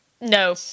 No